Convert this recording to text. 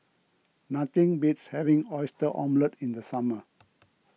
nothing beats having Oyster Omelette in the summer